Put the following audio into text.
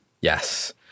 Yes